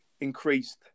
increased